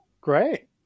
great